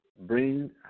bring